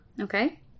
Okay